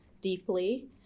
deeply